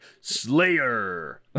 Slayer